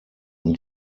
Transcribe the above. und